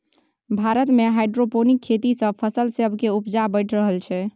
भारत मे हाइड्रोपोनिक खेती सँ फसल सब केर उपजा बढ़ि रहल छै